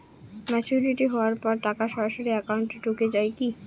Maturity হওয়ার পর টাকা সরাসরি একাউন্ট এ ঢুকে য়ায় কি?